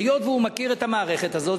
היות שהוא מכיר את המערכת הזאת,